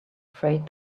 freight